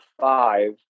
five